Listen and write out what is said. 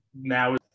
now